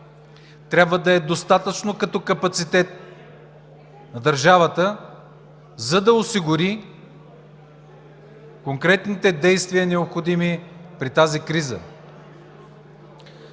трябва да е достатъчно като капацитет на държавата, за да осигури конкретните действия, необходими при тази криза.